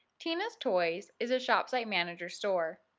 tina's toys is a shopsite manager store.